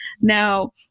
Now